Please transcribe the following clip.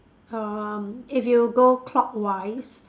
um if you go clockwise